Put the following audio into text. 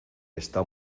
está